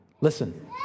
Listen